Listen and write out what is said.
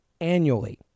annually